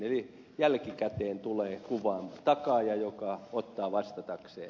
eli jälkikäteen tulee kuvaan takaaja joka ottaa vastatakseen